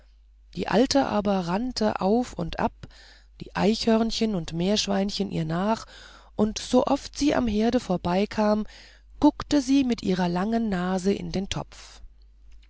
die alte aber rannte auf und ab die eichhörnchen und meerschweine ihr nach und sooft sie am herde vorbeikam guckte sie mit ihrer langen nase in den topf